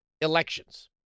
elections